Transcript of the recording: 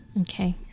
okay